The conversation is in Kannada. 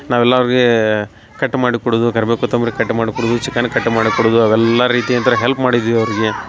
ನಾವೆಲ್ಲ ಅವರಿಗೆ ಕಟ್ ಮಾಡಿ ಕೊಡೋದು ಕರ್ಬೇವು ಕೋತಂಬರಿ ಕಟ್ ಮಾಡಿ ಕೊಡುದು ಚಿಕನ್ ಕಟ್ ಮಾಡಿ ಕೊಡುದು ಅವೆಲ್ಲಾ ರೀತಿಯಿಂದ್ರ ಹೆಲ್ಪ್ ಮಾಡಿದ್ವಿ ಅವ್ರ್ಗೆ